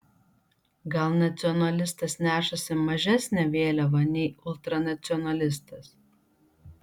gal nacionalistas nešasi mažesnę vėliavą nei ultranacionalistas